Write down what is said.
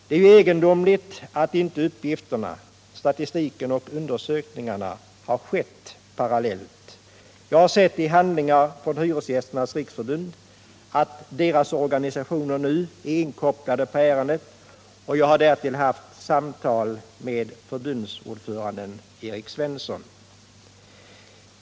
Det är egendomligt att inte arbetet — upprättandet av statistiken och undersökningarna — har skett parallellt. Jag har sett i handlingar från Hyresgästernas riksförbund att hyresgästernas organisationer nu är inkopplade på ärendet och jag har därtill haft samtal med förbundsordföranden Erik Svensson.